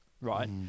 right